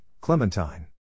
Clementine